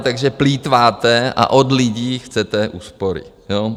Takže plýtváte a od lidí chcete úspory, jo?